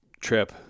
trip